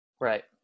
Right